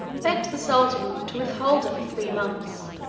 begged the sultan to withhold her for three months,